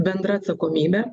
bendra atsakomybė